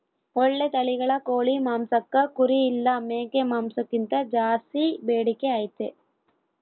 ಓಳ್ಳೆ ತಳಿಗಳ ಕೋಳಿ ಮಾಂಸಕ್ಕ ಕುರಿ ಇಲ್ಲ ಮೇಕೆ ಮಾಂಸಕ್ಕಿಂತ ಜಾಸ್ಸಿ ಬೇಡಿಕೆ ಐತೆ